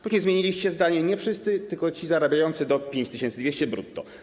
Później zmieniliście zdanie: nie wszyscy, tylko ci zarabiający do 5200 brutto.